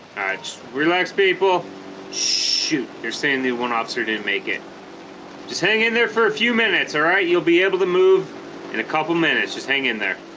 relax people shoot they're saying the one officer didn't make it just hang in there for a few minutes all right you'll be able to move in a couple minutes just hang in there